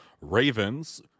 Ravens